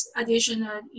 additional